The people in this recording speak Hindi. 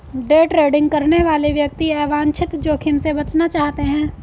डे ट्रेडिंग करने वाले व्यक्ति अवांछित जोखिम से बचना चाहते हैं